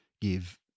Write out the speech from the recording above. give